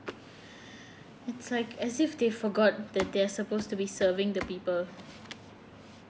it's like as if they forgot that they're supposed to be serving the people